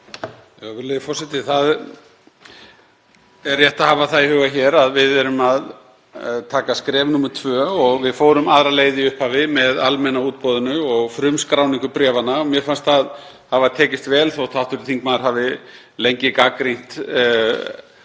Það er rétt að hafa það í huga að við erum að taka skref númer tvö og við fórum aðra leið í upphafi með almenna útboðinu og frumskráningu bréfanna og mér fannst það hafa tekist vel. Þótt hv. þingmaður hafi lengi gagnrýnt verðið